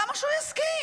למה שהוא יסכים?